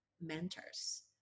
mentors